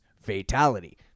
Fatality